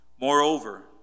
Moreover